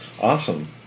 Awesome